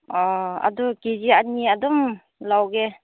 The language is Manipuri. ꯑꯗꯨ ꯀꯦ ꯖꯤ ꯑꯅꯤ ꯑꯗꯨꯝ ꯂꯧꯒꯦ